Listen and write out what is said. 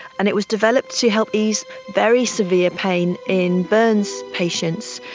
and it was developed to help ease very severe pain in burns patients.